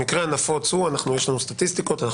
יש לנו סטטיסטיקות,